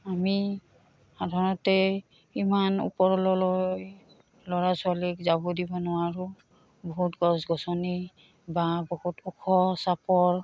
আমি সাধাৰণতে ইমান ওপৰলৈ ল'ৰা ছোৱালীক যাব দিব নোৱাৰোঁ বহুত গছ গছনি বা বহুত ওখ চাপৰ